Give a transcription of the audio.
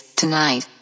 tonight